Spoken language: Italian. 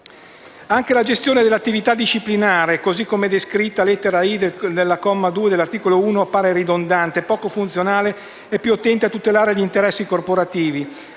Anche la gestione dell'attività disciplinare, così come descritta alla lettera *i)* del comma 2 dell'articolo 1 appare ridondante, poco funzionale e più attenta a tutelare gli interessi corporativi.